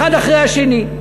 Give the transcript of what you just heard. אחד אחרי השני,